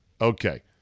Okay